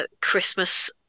Christmas